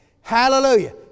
hallelujah